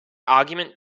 argument